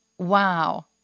Wow